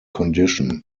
condition